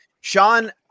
Sean